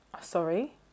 Sorry